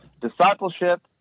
discipleship